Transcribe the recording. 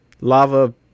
lava